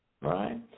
right